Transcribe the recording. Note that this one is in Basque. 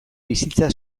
bizitza